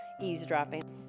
eavesdropping